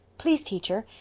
please, teacher,